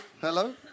Hello